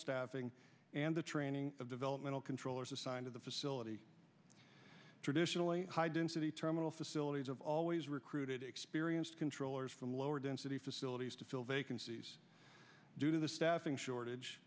staffing and the training of developmental controllers assigned to the facility traditionally high density terminal facilities of always recruited experienced controllers from lower density facilities to fill vacancies due to the staffing shortage